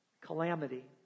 calamity